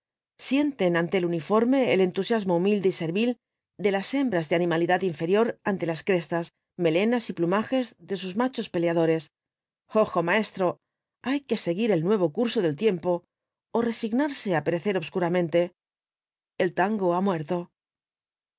sienten ante el uniforme el entusiasmo humilde y servil de las hembras de animalidad inferior ante las crestas melenas y plumajes de sus machos peleadores ojo maestro hay que seguir el v blasco ibáñbz nuevo curso del tiempo ó resignarse á perecer obscuramente el tango ha muerto